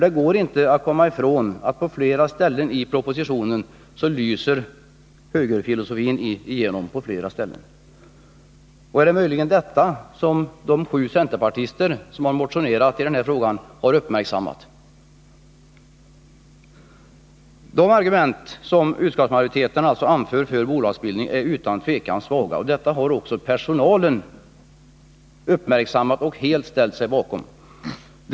Det går inte att komma ifrån att på flera ställen i propositionen lyser högerfilosofin igenom. Är det möjligen detta som de sju centerpartister som motionerat i denna fråga uppmärksammat? Den argumentering utskottsmajoriteten anför för bolagsbildningen är utan tvekan svag. Detta har också personalen uppmärksammat och ställt sig bakom kritiken.